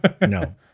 No